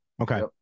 Okay